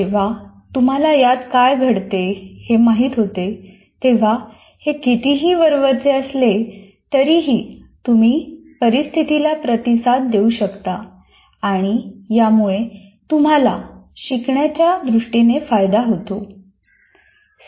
जेव्हा तुम्हाला यात काय घडते हे माहित होते तेव्हा हे कितीही वरवरचे असले तरीही तुम्ही परिस्थितीला प्रतिसाद देऊ शकता आणि यामुळे तुम्हाला शिकण्याच्या दृष्टीने फायदा होतो